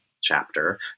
chapter